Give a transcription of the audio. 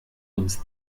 uns